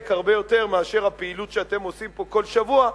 הרבה יותר מאשר עם הפעילות שאתם עושים פה כל שבוע.